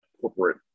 corporate